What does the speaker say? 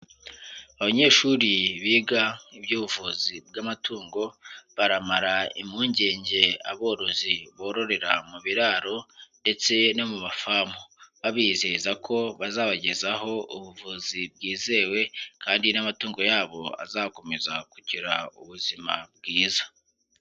Abanyeshuri biga iby'ubuvuzi bw'amatungo, baramara impungenge aborozi bororera mu biraro ndetse no mu bafamu, babizeza ko bazabagezaho ubuvuzi bwizewe kandi n'amatungo yabo azakomeza kugira ubuzima bwiza.